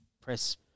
press